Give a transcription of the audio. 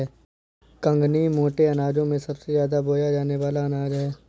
कंगनी मोटे अनाजों में सबसे ज्यादा बोया जाने वाला अनाज है